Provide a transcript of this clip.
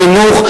לחינוך,